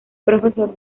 profesor